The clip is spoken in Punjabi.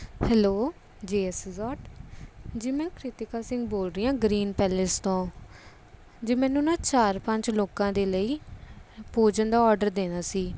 hello J S resort ji ਮੈਂ ਕ੍ਰਿਤਕਾ ਸਿੰਘ ਬੋਲ ਰਹੀ ਹਾਂ ਗ੍ਰੀਨ ਪੈਲੇਸ ਤੋਂ ਜੀ ਮੈਨੂੰ ਨਾ ਚਾਰ ਪੰਜ ਲੋਕਾਂ ਦੇ ਲਈ ਭੋਜਨ ਦਾ ਆਰਡਰ ਦੇਣਾ ਸੀ